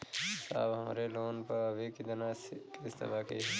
साहब हमरे लोन पर अभी कितना किस्त बाकी ह?